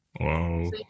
Wow